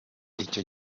icyo